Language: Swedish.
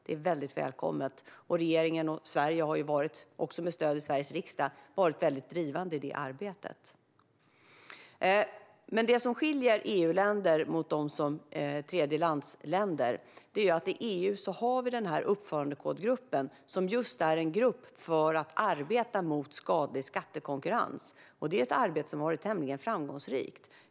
Regeringen och Sverige har med stöd i Sveriges riksdag varit väldigt drivande i det arbetet. Det som skiljer EU-länder från tredjeländer är att vi i EU har uppförandekodgruppen, som är till för att arbeta mot skadlig skattekonkurrens. Det är ett arbete som har varit tämligen framgångsrikt.